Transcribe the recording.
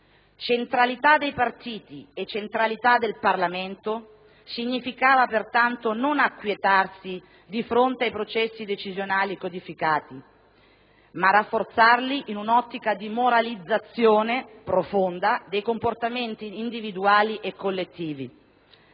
Centralità dei partiti e centralità del Parlamento significava pertanto non acquietarsi di fronte ai processi decisionali codificati, ma rafforzarli in un'ottica di moralizzazione profonda dei comportamenti individuali e collettivi.